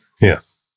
Yes